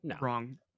wrong